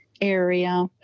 area